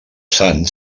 sant